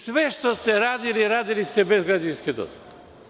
Sve što ste radili – radili ste bez građevinske dozvole.